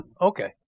okay